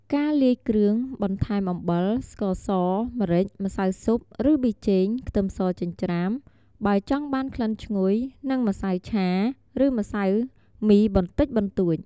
ការលាយគ្រឿង បន្ថែមអំបិល ស្ករស ម្រេច ម្សៅស៊ុប ឬប៊ីចេង ខ្ទឹមសចិញ្ច្រាំ បើចង់បានក្លិនឈ្ងុយ និងម្សៅឆា ឬម្សៅមីបន្តិចបន្តួច។